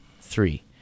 Three